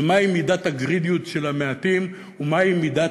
זה מהי מידת הגרידיות של המעטים ומהי מידת